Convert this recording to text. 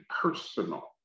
personal